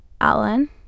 Alan